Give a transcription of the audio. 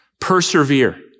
Persevere